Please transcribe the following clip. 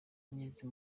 ngeze